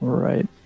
right